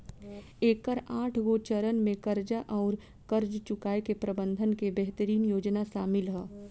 एकर आठगो चरन में कर्ज आउर कर्ज चुकाए के प्रबंधन के बेहतरीन योजना सामिल ह